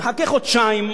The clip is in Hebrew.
נחכה חודשיים.